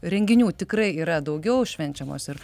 renginių tikrai yra daugiau švenčiamos ir